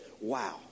wow